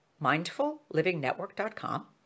mindfullivingnetwork.com